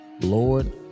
Lord